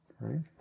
Right